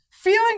Feeling